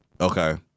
Okay